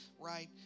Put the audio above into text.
right